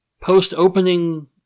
post-opening